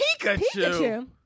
Pikachu